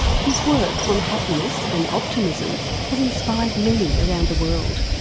his work on happiness and optimism has inspired many around the world,